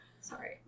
Sorry